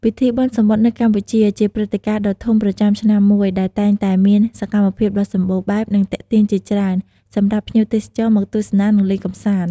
ពិធីបុណ្យសមុទ្រនៅកម្ពុជា ជាព្រឹត្តិការណ៍ដ៏ធំប្រចាំឆ្នាំមួយ ដែលតែងតែមានសកម្មភាពដ៏សម្បូរបែប និងទាក់ទាញជាច្រើន សម្រាប់ភ្ញៀវទេសចរមកទស្សនា និងលេងកម្សាន្ត។